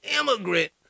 immigrant